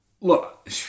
Look